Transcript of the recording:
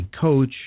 coach